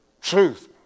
truth